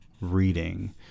reading